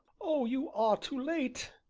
oh, you are too late!